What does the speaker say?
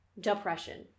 Depression